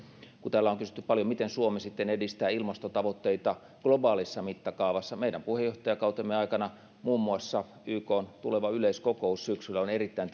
kun täällä on kysytty paljon siitä miten suomi edistää ilmastotavoitteita globaalissa mittakaavassa meidän puheenjohtajakautemme aikana muun muassa ykn tuleva yleiskokous syksyllä on erittäin